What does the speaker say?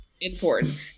important